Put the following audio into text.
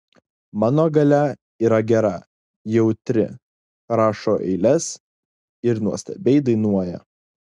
mano galia yra gera jautri rašo eiles ir nuostabiai dainuoja